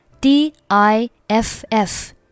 D-I-F-F